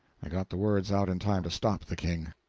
i got the words out in time to stop the king.